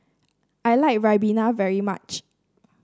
I like ribena very much